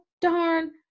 darn